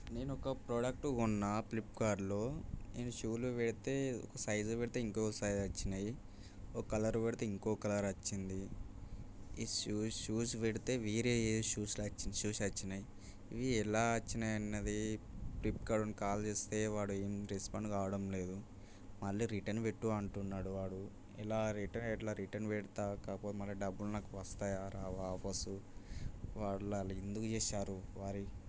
నేనొక ప్రోడక్ట్ కొన్నా ఫ్లిప్కాట్లో నేను షూలు పెడితే సైజు పెడితే ఇంకొక సైజు వచ్చినాయి ఓ కలర్ పెడితే ఇంకో కలర్ వచ్చింది ఈ షూస్ షూస్ పెడితే వేరే ఏదో షూస్ వచ్చి షూస్ వచ్చినా యి ఇవి ఎలా వచ్చినాయన్నది ఫ్లిప్కాట్ వాడికి కాల్ చేస్తే వాడు ఏం రెస్పాండ్ కావడం లేదు మళ్ళీ రిటర్న్ పెట్టు అంటున్నాడు వాడు ఎలా రిటర్న్ ఎట్లా రిటన్ పెడతా కాకపోతే డబ్బులు నాకు వస్తాయా రావా బసు వారలా ఎందుకు చేశారు వారి